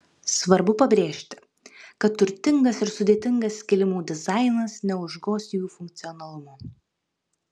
svarbu pabrėžti kad turtingas ir sudėtingas kilimų dizainas neužgoš jų funkcionalumo